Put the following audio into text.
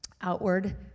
outward